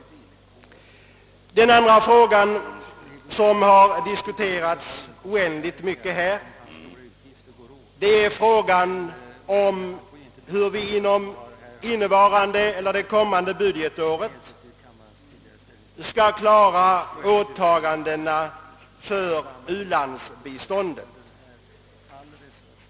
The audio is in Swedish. Den andra frågan som har diskuterats mycket här är frågan om hur vi under innevarande eller under det kommande budgetåret skall klara åtagandena för u-landsbiståndet.